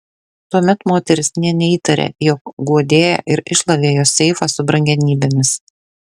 tuomet moteris nė neįtarė jog guodėja ir iššlavė jos seifą su brangenybėmis